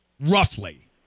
Roughly